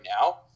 now